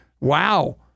Wow